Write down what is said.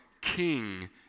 King